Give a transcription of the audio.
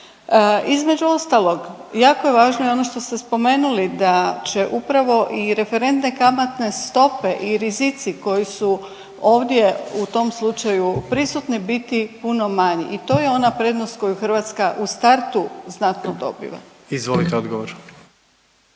Između ostalog jako je važno i ono što ste spomenuli da će upravo i referentne kamatne stope i rizici koji su ovdje u tom slučaju prisutni biti puno manji i to je ona prednost koju Hrvatska u startu znatno dobiva. **Jandroković,